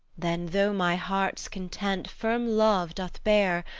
then though my heart's content firm love doth bear,